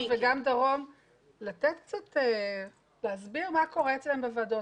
וגם דרום להסביר מה קורה אצלם בוועדות,